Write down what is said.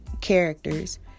characters